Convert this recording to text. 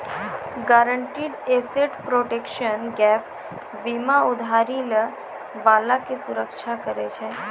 guaranteed asset protection gap बीमा उधारी लै बाला के सुरक्षा करै छै